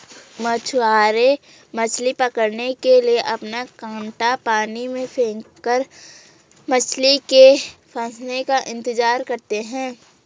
मछुआरे मछली पकड़ने के लिए अपना कांटा पानी में फेंककर मछली के फंसने का इंतजार करते है